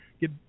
get